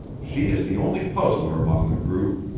she is the only puzzler among the group.